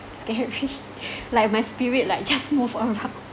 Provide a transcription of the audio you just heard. scary like my spirit like just move around